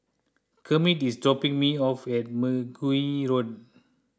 Kermit is dropping me off at Mergui Road